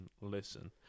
listen